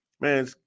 Man